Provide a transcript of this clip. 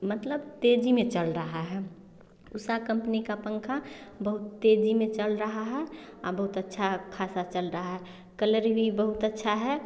मतलब तेज़ी में चल रहा है उषा कम्पनी का पंखा बहुत तेज़ी में चल रहा है और बहुत अच्छा ख़ासा चल रहा है कलर भी बहुत अच्छा है